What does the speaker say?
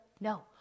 No